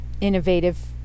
innovative